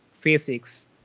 physics